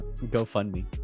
GoFundMe